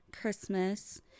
Christmas